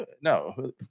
No